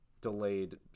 delayed